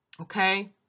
okay